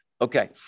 Okay